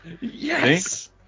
Yes